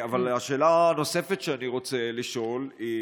אבל השאלה הנוספת שאני רוצה לשאול היא